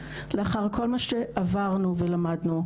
לאחר כל מה שעברנו ולמדנו,